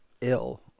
ill